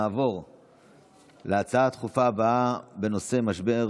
נעבור להצעה לסדר-היום הבאה בנושא: משבר